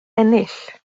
ennill